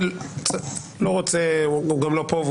הוא לא פה,